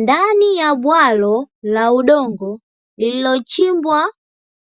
Ndani ya bwalo la udongo lililochimbwa